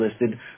listed